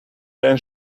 when